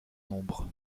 nombre